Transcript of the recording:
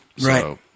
Right